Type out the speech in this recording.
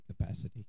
capacity